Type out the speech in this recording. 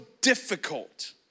difficult